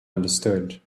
understood